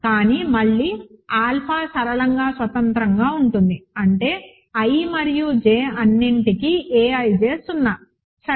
కానీ మళ్లీ ఆల్ఫా సరళంగా స్వతంత్రంగా ఉంటుంది అంటే i మరియు j అన్నింటికీ a ij 0 సరే